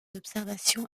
observations